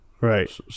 Right